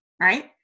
right